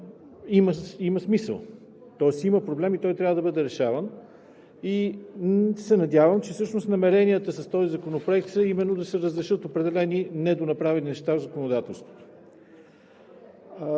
има смисъл. Тоест има проблем и той трябва да бъде решаван и се надявам, че всъщност намеренията с този законопроект са именно да се разрешат определени недонаправени неща в законодателството.